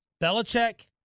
Belichick